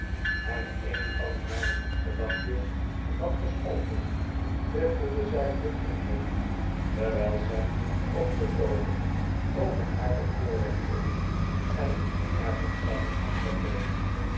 hem een van haar liefste lachjes had geschonken trippelde zij luchtig heen terwijl sam opgetogen over haar bekoorlijkheden en haar verstand